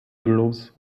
girls